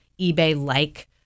eBay-like